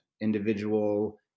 individual